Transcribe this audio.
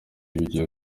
bigiye